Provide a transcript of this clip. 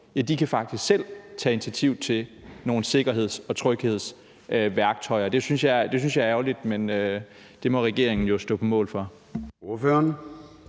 faktisk selv kan tage initiativ til at finde nogle sikkerheds- og tryghedsværktøjer. Det synes jeg er ærgerligt, men det må regeringen jo stå på mål for.